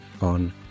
on